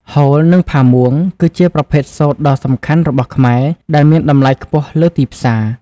ហូល និង ផាមួង គឺជាប្រភេទសូត្រដ៏សំខាន់របស់ខ្មែរ ដែលមានតម្លៃខ្ពស់លើទីផ្សារ។